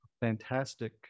fantastic